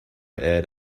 aired